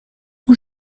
اون